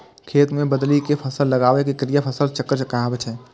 खेत मे बदलि कें फसल लगाबै के क्रिया फसल चक्र कहाबै छै